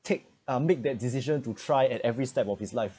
take uh make that decision to try at every step of his life